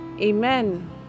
Amen